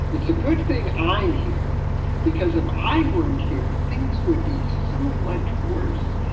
it's a good thing i'm here because if i weren't here, things would be so much worse.